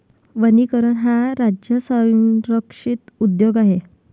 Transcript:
वनीकरण हा राज्य संरक्षित उद्योग आहे